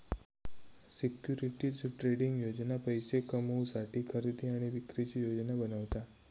securities trading योजना पैशे कमवुसाठी खरेदी आणि विक्रीची योजना बनवता